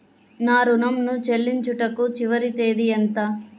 నా ఋణం ను చెల్లించుటకు చివరి తేదీ ఎంత?